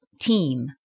team